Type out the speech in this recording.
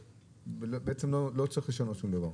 או בעצם לא צריך לשנות שום דבר?